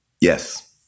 Yes